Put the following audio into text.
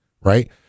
Right